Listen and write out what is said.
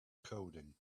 coding